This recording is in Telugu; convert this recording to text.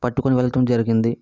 పట్టుకుని వెళ్ళడం జరిగింది